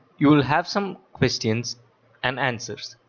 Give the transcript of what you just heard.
you will have some questions and answers.